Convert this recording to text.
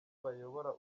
bayobora